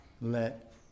let